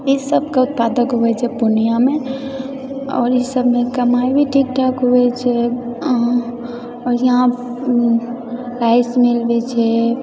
ई सबके उत्पादक हुए छै पूर्णियामे आओर ई सबमे कमाइ भी ठीकठाक हुए छै आओर इहाँ राइस मिल भी छै